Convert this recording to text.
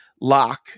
lock